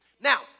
now